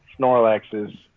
Snorlaxes